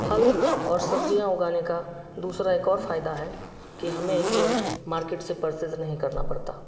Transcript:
फल और सब्जियाँ उगाने का दूसरा एक और फ़ायदा है कि हमें इसे मार्केट से परसेज नहीं करना पड़ता